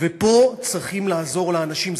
ופה צריכים לעזור לאנשים.